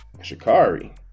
Shikari